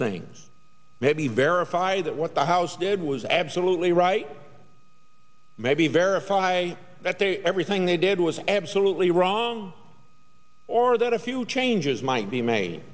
things maybe verify that what the house did was absolutely right maybe verify that they everything they did was absolutely wrong or that a few changes might be made